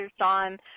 on